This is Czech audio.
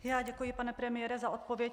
Já děkuji, pane premiére, za odpověď.